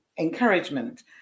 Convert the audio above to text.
encouragement